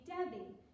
Debbie